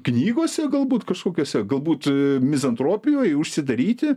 knygose galbūt kažkokiose galbūt mizantropijoj užsidaryti